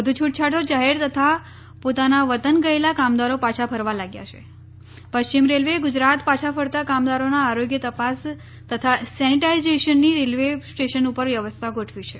વધુ છૂટછાટો જાહેર થતા પોતાના વતન ગયેલા કામદારો પાછા ફરવા લાગ્યા છી પશ્ચિમ રેલવેએ ગુજરાત પાછા ફરતા કામદારોના આરોગ્ય તપાસ તથા સેનેટાઈઝેશનની રેલવે સ્ટેશન ઉપર વ્યવસ્થા ગોઠવી છે